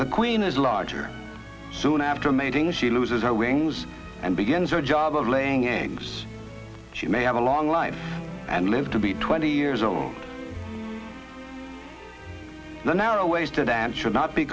the queen is larger soon after mating she loses her wings and begins her job of laying eggs she may have a long life and live to be twenty years old the narrow wasted and should not be